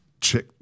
check